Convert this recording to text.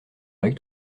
avec